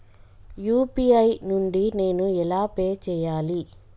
UPI నుండి నేను ఎలా పే చెయ్యాలి?